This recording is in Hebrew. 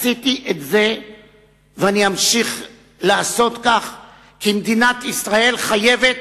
עשיתי את זה ואני אמשיך לעשות כך כי מדינת ישראל חייבת